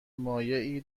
مایعی